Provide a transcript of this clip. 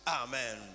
amen